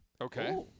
Okay